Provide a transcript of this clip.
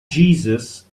jesus